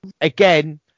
again